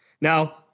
Now